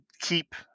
keep